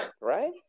right